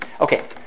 Okay